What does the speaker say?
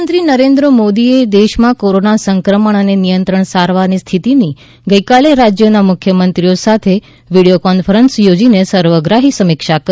પ્રધાનમંત્રી નરેન્દ્ર મોદીએ દેશમાં કોરોના સંક્રમણ અને નિયંત્રણ સારવારની સ્થિતીની ગઇકાલે રાજ્યોના મુખ્યમંત્રીઓ સાથે વિડીયો કોન્ફરન્સ યોજીને સર્વગ્રાહી સમીક્ષા કરી